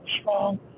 strong